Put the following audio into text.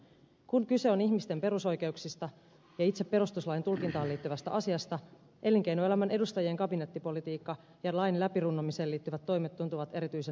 kun kyse on ihmisten perusoikeuksista ja itse perustuslain tulkintaan liittyvästä asiasta elinkeinoelämän edustajien kabinettipolitiikka ja lain läpirunnomiseen liittyvät toimet tuntuvat erityisen härskeiltä